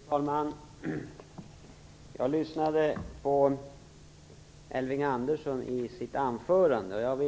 Fru talman! Jag lyssnade på Elving Anderssons anförande.